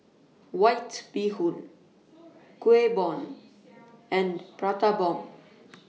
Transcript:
White Bee Hoon Kueh Bom and Prata Bomb